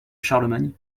charlemagne